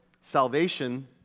salvation